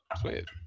Sweet